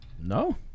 No